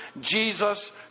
Jesus